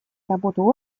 работу